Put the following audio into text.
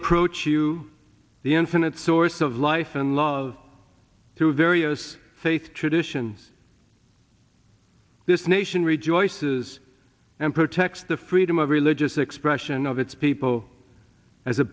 approach you the infinite source of life and love through various faith traditions this nation rejoices and protects the freedom of religious expression of its people as a